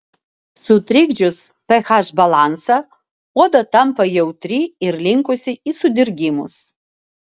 sutrikdžius ph balansą oda tampa jautri ir linkusi į sudirgimus